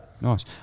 nice